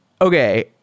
Okay